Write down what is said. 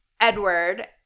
Edward